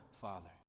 Father